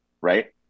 right